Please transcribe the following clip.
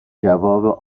جواب